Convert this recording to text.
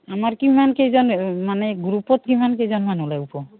আমাৰ কিমান কেইজন মানে গ্ৰুপত কিমান কেইজনমান